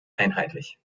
einheitlich